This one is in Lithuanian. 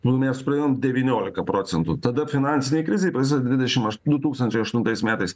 nu mes praėjom devyniolika procentų tada finansinė krizė prasideda dvidešimt ašt du tūkstančiai aštuntais metais